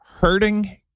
Hurting